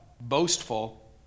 boastful